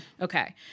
okay